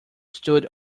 stood